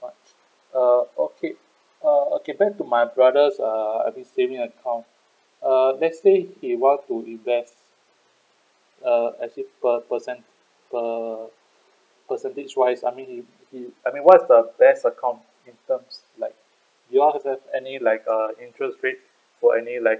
much uh okay uh okay back to my brother's uh this saving account uh let's say he want to invest uh as if per percent per percentage wise I mean he he I mean what is the best account in terms like you all have any like uh interest rate for any like